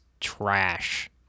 trash